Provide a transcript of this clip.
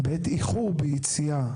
בעת איחור ביציאה,